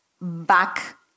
back